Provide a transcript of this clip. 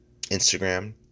instagram